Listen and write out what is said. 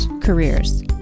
careers